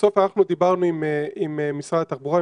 בסוף אנחנו דיברנו עם משרד התחבורה,